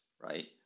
right